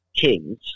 kings